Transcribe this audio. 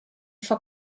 for